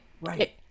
Right